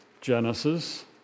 Genesis